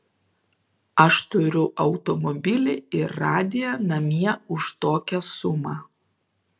aš turiu automobilį ir radiją namie už tokią sumą